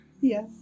Yes